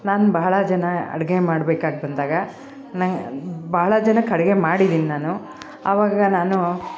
ನಾನು ಬಹಳ ಜನ ಅಡಿಗೆ ಮಾಡ್ಬೇಕಾಗಿ ಬಂದಾಗ ನಂಗೆ ಬಹಳ ಜನಕ್ಕೆ ಅಡ್ಗೆ ಮಾಡಿದಿನಿ ನಾನು ಅವಾಗ ನಾನು